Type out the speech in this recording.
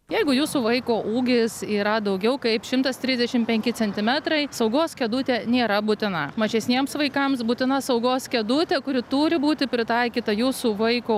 jeigu jūsų vaiko ūgis yra daugiau kaip šimtas trisdešim penki centimetrai saugos kėdutė nėra būtina mažesniems vaikams būtina saugos kėdutė kuri turi būti pritaikyta jūsų vaiko